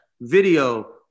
video